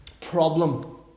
problem